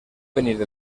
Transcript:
venir